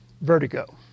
vertigo